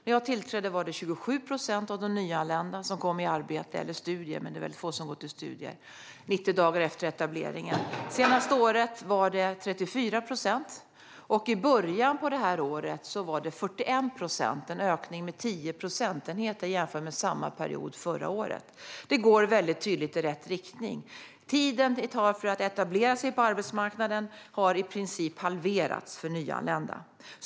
När jag tillträdde var det 27 procent av de nyanlända som kom i arbete eller studier - men det var mycket få som gick till studier - 90 dagar efter etableringen. Det senaste året var det 34 procent, och i början av detta år var det 41 procent - en ökning med 10 procentenheter jämfört med samma period förra året. Det går mycket tydligt i rätt riktning. Den tid som det tar att etablera sig på arbetsmarknaden har i princip halverats för nyanlända.